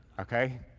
Okay